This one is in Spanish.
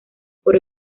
por